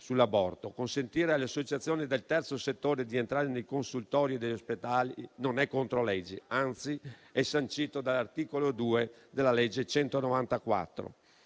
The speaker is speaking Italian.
Consentire alle associazioni del terzo settore di entrare nei consultori e negli ospedali non è contro la legge, anzi è sancito dall'articolo 2 della legge n.